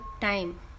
time